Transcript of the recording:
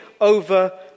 over